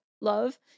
love